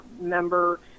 member